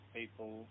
people